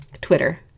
Twitter